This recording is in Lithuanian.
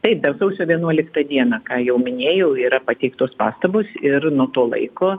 taip dar sausio vienuoliktą dieną ką jau minėjau yra pateiktos pastabos ir nuo to laiko